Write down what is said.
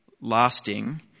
lasting